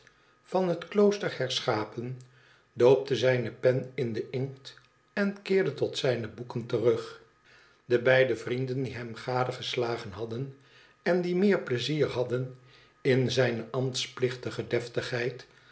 van het klooster herschapen doopte zijne pen m den inkt en keerde tot zijne boeken terug de beide vrienden die hem adegeslagen hadden en die meer pleizier hadden in zijne ambtsplichtige